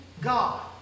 God